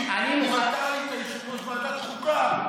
אם אתה היית יושב-ראש ועדת החוקה,